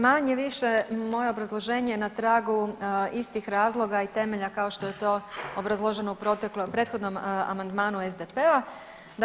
Manje-više moje obrazloženje je na tragu istih razloga i temelja kao što je to obrazloženo u prethodnom amandmanu SDP-a.